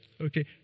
Okay